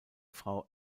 frau